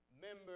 members